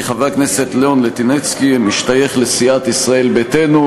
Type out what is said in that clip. כי חבר הכנסת לאון ליטינצקי משתייך לסיעת ישראל ביתנו,